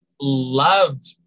loved